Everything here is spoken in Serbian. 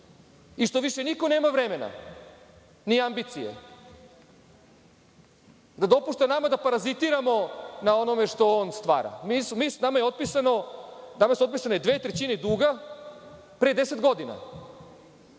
i što više niko nema vremena, ni ambicije da dopušta nama da parazitiramo na onome što on stvara. Nama je otpisano, nama su otpisane dve trećine duga pre 10 godina,